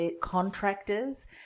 contractors